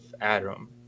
Adam